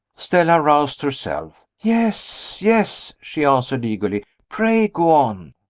stella roused herself. yes! yes! she answered, eagerly. pray go on!